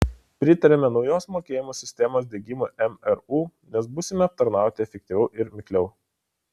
pritariame naujos mokėjimų sistemos diegimui mru nes būsime aptarnauti efektyviau ir mikliau